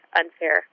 unfair